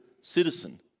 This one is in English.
citizen